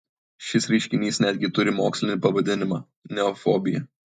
šis reiškinys netgi turi mokslinį pavadinimą neofobija